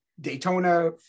Daytona